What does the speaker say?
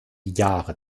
jahre